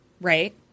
right